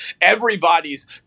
everybody's